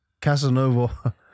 Casanova